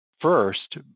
first